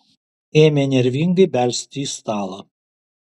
ėmė nervingai belsti į stalą